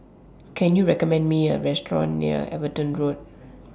Can YOU recommend Me A Restaurant near Everton Road